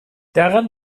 darin